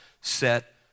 set